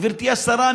גברתי השרה,